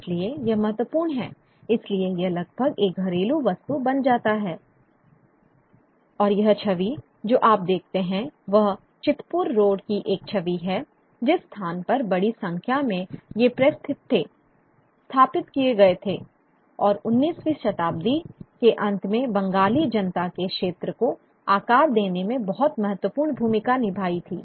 इसलिए यह महत्वपूर्ण है इसलिए यह लगभग एक घरेलू वस्तु बन जाता है और यह छवि जो आप देखते हैं वह चितपुर रोड की एक छवि है जिस स्थान पर बड़ी संख्या में ये प्रेस स्थित थे स्थापित किए गए थे और 19वीं शताब्दी के अंत में बंगाली जनता के क्षेत्र को आकार देने में बहुत महत्वपूर्ण भूमिका निभाई थी